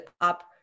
up